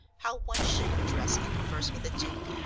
how one should address and converse with a duke,